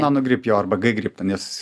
nanogrip jo arba ggrip ten jos